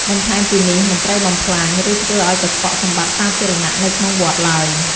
បន្ថែមពីនេះមិនត្រូវបំផ្លាញ ឬធ្វើឲ្យកខ្វក់សម្បត្តិសាធារណៈនៅក្នុងវត្តឡើយ។